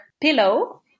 pillow